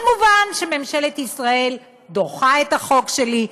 מובן שממשלת ישראל דוחה את החוק שלי,